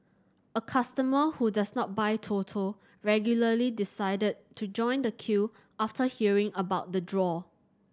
a customer who does not buy Toto regularly decided to join the queue after hearing about the draw